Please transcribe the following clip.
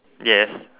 yes